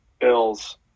Bills